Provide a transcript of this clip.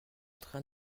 train